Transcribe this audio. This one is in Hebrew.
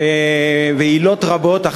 ועילות רבות.